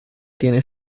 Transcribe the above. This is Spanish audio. tiene